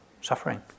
suffering